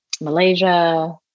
Malaysia